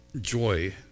joy